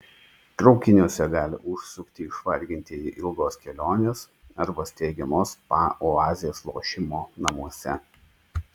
traukiniuose gali užsukti išvargintieji ilgos kelionės arba steigiamos spa oazės lošimo namuose